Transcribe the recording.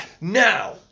Now